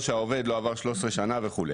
כמו שהעובד לא עבר 13 שנה וכו'.